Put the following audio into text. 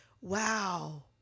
wow